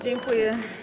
Dziękuję.